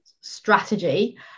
strategy